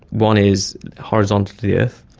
one is horizontal to the earth,